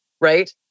right